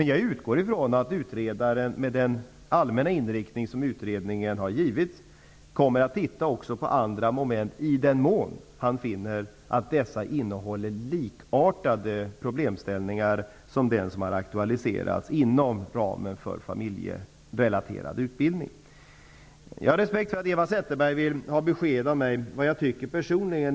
Jag utgår från att utredaren, med den allmänna inriktning som utredningen har givits, också kommer att titta på andra moment i den mån han finner att dessa innehåller likartade problemställningar som den som aktualiserats inom ramen för familjerelaterad utbildning. Jag respekterar att Eva Zetterberg vill ha besked av mig vad jag tycker personligen.